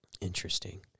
Interesting